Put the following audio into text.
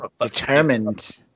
Determined